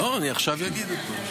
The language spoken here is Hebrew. לא, אני עכשיו אגיד אותו.